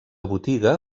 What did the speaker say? botiga